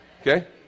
Okay